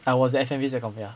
I was the F_M_V sec com ya